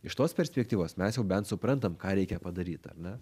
iš tos perspektyvos mes jau bent suprantam ką reikia padaryt ar ne